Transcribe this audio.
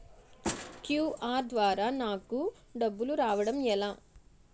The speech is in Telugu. క్యు.ఆర్ ద్వారా నాకు డబ్బులు రావడం ఎలా?